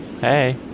hey